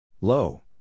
Low